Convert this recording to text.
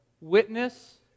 witness